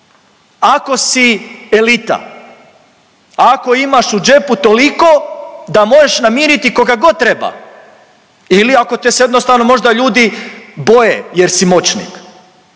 ako si elita, ako imaš u džepu toliko da možeš namiriti koga god treba ili ako te se jednostavno možda ljudi boje jer si moćnik.